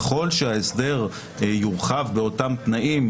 ככל שההסדר יורחב באותם תנאים,